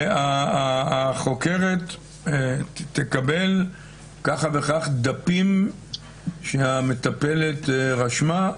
החוקרת תקבל כך וכך דפים שהמטפלת רשמה?